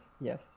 Yes